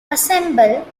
assemble